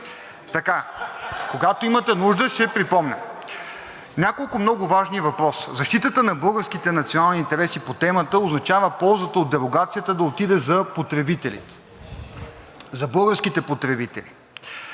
Смях.) Когато имате нужда, ще припомням. Няколко много важни въпроса. Защитата на българските национални интереси по темата означава ползата от дерогацията да отиде за потребителите, за българските потребители,